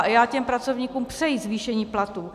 A já těm pracovníkům přeji zvýšení platů.